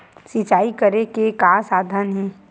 सिंचाई करे के का साधन हे?